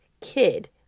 kid